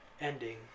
ending